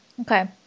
Okay